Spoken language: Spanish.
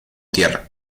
tierra